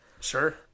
Sure